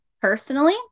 personally